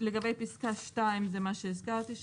לגבי פסקה (2) זה מה שהזכרתי,